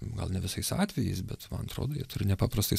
gal ne visais atvejais bet man atrodo jie turi nepaprastai